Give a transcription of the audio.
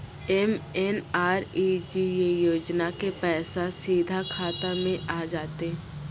MNREGA योजना के पैसा सीधा खाता मे आ जाते?